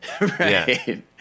Right